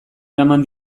eraman